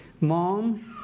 mom